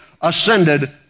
ascended